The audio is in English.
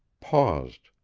paused,